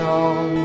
on